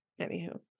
Anywho